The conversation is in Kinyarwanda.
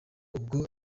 ubwo